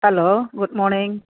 hello good morning